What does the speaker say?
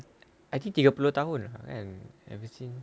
I think tiga puluh tahun kan and I think